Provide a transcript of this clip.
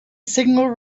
single